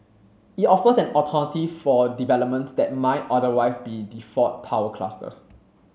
it offers an alternative for developments that might otherwise be default tower clusters